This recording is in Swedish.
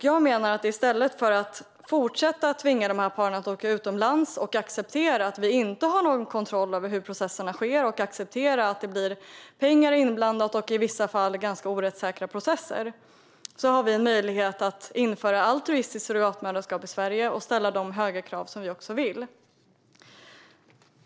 Jag menar att vi, i stället för att fortsätta att tvinga dessa par att åka utomlands och acceptera att vi inte har någon kontroll över hur processerna sker, att det blir pengar inblandade och att det i vissa fall blir rättsosäkra processer, har en möjlighet att införa altruistiskt surrogatmoderskap i Sverige och ställa de höga krav som vi vill ha.